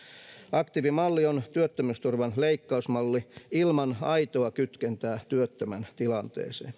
aktiivimalli on työttömyysturvan leikkausmalli ilman aitoa kytkentää työttömän tilanteeseen se